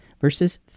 verses